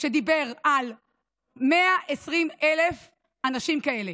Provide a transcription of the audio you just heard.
דיבר על 120,000 אנשים כאלה.